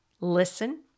listen